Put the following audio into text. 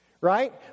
right